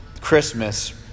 Christmas